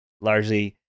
largely